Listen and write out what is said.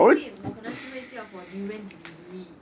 因为我可能就会叫 for durian delivery